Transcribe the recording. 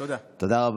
כן,